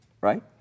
right